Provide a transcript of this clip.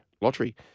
Lottery